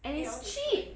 and it's cheap